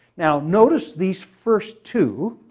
now notice these first two